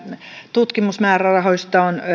tutkimusmäärärahoista on